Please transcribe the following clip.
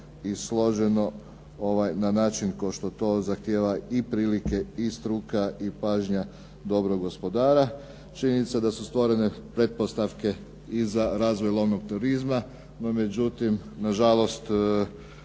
i složeno na način kao što to zahtijeva i prilike i struka i pažnja dobrog gospodara. Činjenice da su stvorene pretpostavke i za razvoj lovnog turizma. No međutim, na žalost